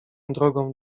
drogą